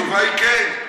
התשובה היא כן.